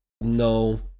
No